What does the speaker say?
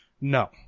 No